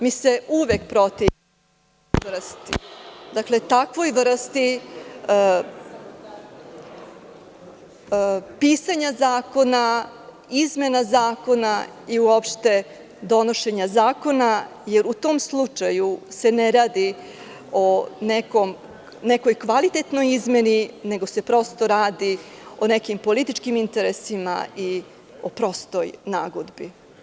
Mi se uvek protivimo toj vrsti, takvoj vrsti pisanja zakona, izmena zakona i uopšte donošenja zakona, jer u tom slučaju se ne radi o nekoj kvalitetnoj izmeni, nego se radi o nekim političkim interesima i prostoj nagodbi.